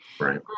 Right